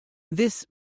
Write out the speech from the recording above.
this